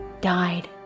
died